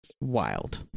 Wild